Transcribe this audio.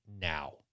now